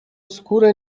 skórę